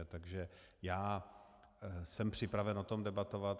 Takže já jsem připraven o tom debatovat.